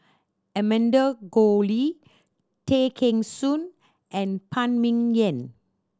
Amanda Koe Lee Tay Kheng Soon and Phan Ming Yen